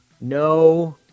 No